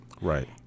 right